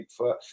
Bigfoot